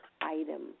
item